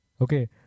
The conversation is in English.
okay